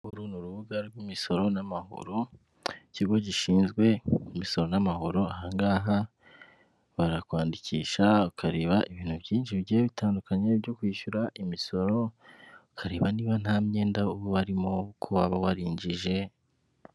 Uru ni urubuga rw'imisoro n'amahoro ikigo gishinzwe imisoro n'amahoro, aha ngaha barakwandikisha ukareba ibintu byinshi bigiye bitandukanye byo kwishyura imisoro ukareba n'iba nta myenda uba ubarimo uko waba waririnjije.